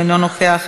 אינו נוכח,